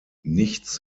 nichts